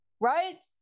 right